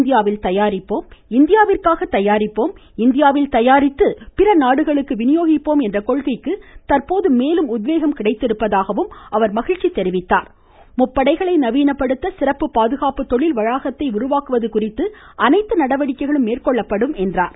இந்தியாவில் தயாரிப்போம் இந்தியாவிற்காக தயாரிப்போம் இந்தியாவில் தயாரித்து பிறநாடுகளுக்கு விநியோகிப்போம் என்ற கொள்கைக்கு தற்போது மேலும் உத்வேகம் கிடைத்திருப்பதாக அவர் மகிழ்ச்சி தெரிவித்தார் முப்படைகளை நவீனப்படுத்த சிறப்பு பாதுகாப்பு தொழில் வளாகத்தை உருவாக்குவது உள்ளிட்ட அனைத்து நடவடிக்கைளும் மேற்கொள்ளப்படும் என்றார்